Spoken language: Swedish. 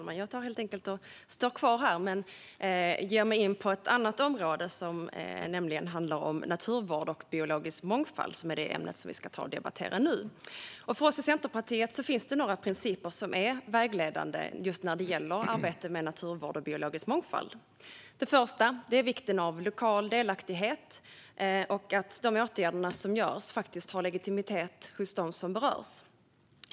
Herr talman! Nu ger jag mig in på ett annat område. Det handlar om naturvård och biologisk mångfald. För oss i Centerpartiet finns det några principer som är vägledande när det gäller arbetet med naturvård och biologisk mångfald. Den första är vikten av lokal delaktighet och att de åtgärder som vidtas har legitimitet hos dem som berörs.